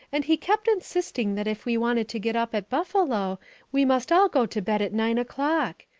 and he kept insisting that if we wanted to get up at buffalo we must all go to bed at nine o'clock.